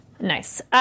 nice